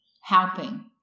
helping